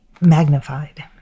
magnified